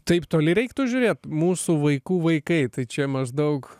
taip toli reiktų žiūrėt mūsų vaikų vaikai tai čia maždaug